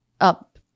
up